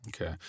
okay